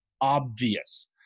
obvious